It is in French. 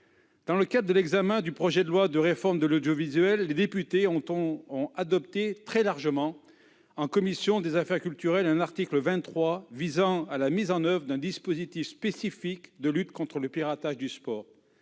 En examinant le projet de loi de réforme de l'audiovisuel, les députés ont adopté très largement en commission des affaires culturelles un article 23 visant la mise en oeuvre d'un dispositif spécifique de lutte contre le piratage du sport.